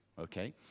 Okay